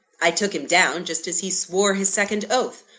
i took him down, just as he swore his second oath.